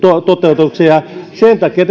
toteutuksen ja sen takia